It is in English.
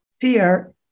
fear